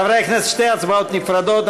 חברי הכנסת, שתי הצבעות נפרדות.